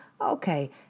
okay